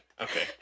Okay